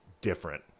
different